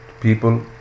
people